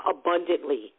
abundantly